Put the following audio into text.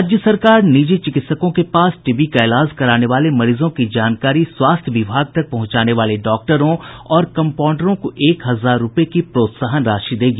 राज्य सरकार निजी चिकित्सकों के पास टीबी का इलाज कराने वाले मरीजों की जानकारी स्वास्थ्य विभाग तक पहुंचाने वाले डॉक्टरों और कम्पाउंडरों को एक हजार रूपये की प्रोत्साहन राशि देगी